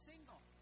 single